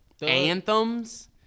anthems